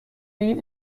این